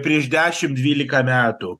prieš dešimt dvyliką metų